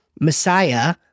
Messiah